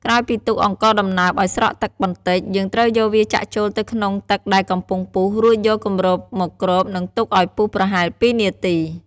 ក្រោយពីទុកអង្ករដំណើបឱ្យស្រក់ទឹកបន្តិច យើងត្រូវយកវាចាក់ចូលទៅក្នុងទឹកដែលកំពុងពុះ រួចយកគម្របមកគ្រប និងទុកឱ្យពុះប្រហែល២នាទី។